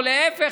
או להפך,